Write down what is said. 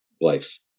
life